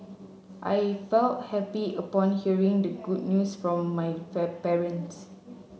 I felt happy upon hearing the good news from my parents